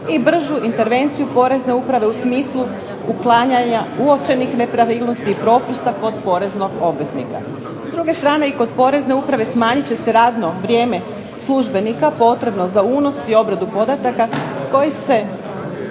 i bržu intervenciju porezne uprave u smislu otklanjanja uočenih nepravilnosti i propusta kod poreznog obveznika. S druge strane kod porezne uprave smanjit će se radno vrijeme službenika potrebno za unos i obradu podataka koji se